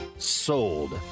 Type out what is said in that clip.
sold